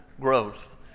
growth